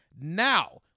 Now